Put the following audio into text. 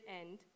end